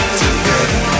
together